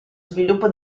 sviluppo